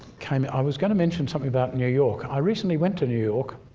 came i was going to mention something about new york. i recently went to new york